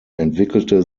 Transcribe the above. entwickelte